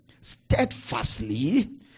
steadfastly